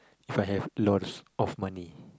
If I have lots of money